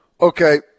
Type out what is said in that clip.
Okay